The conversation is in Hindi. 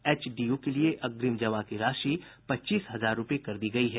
एचडीयू के लिए अग्रिम जमा की राशि पच्चीस हजार रूपये कर दी गयी है